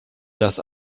das